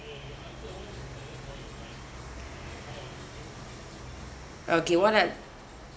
okay what are